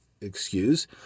excuse